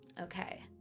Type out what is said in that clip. Okay